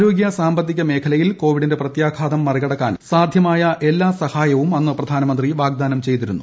ആരോഗ്യ സാമ്പത്തിക മേഖലയിൽ ക്ടോവിഡിന്റെ പ്രത്യാഘാതം മറികടക്കാൻ സാധ്യമായ എല്ലാ സ്റ്റ്രായ്പും അന്ന് പ്രധാനമന്ത്രി വാഗ്ദാനം ചെയ്തിരുന്നു